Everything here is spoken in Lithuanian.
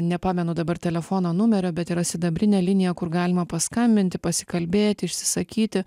nepamenu dabar telefono numerio bet yra sidabrinė linija kur galima paskambinti pasikalbėti išsisakyti